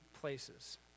places